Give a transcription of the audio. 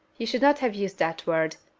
you should not have used that word.